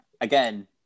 Again